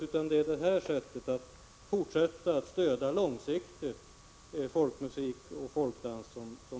Däremot är det nödvändigt att fortsätta att långsiktigt stödja folkmusik och folkdans.